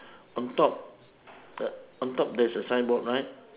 on top the on top there's a signboard right